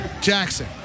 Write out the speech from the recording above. Jackson